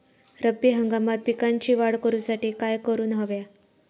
रब्बी हंगामात पिकांची वाढ करूसाठी काय करून हव्या?